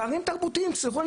פערים תרבותיים, תסלחו לי.